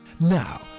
Now